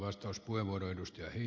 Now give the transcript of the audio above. arvoisa puhemies